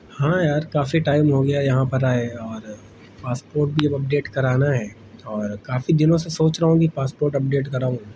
ہاں یار کافی ٹائم ہو گیا یہاں پر آئے اور پاسپوٹ بھی اب اپ ڈیٹ کرانا ہے اور کافی دنوں سے سوچ رہا ہوں کہ پاسپوٹ اپ ڈیٹ کراؤں